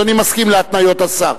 אדוני מסכים להתניות השר.